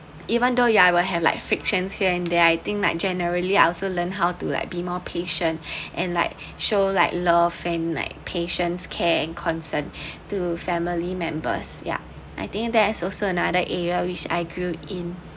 even though ya I will have like frictions here and there I think that generally I also learned how to like be more patience and like show like love and like patience care and concern to family members yeah I think that is also another area which I grew in